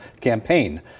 campaign